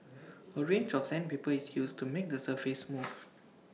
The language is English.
A range of sandpaper is used to make the surface smooth